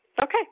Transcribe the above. Okay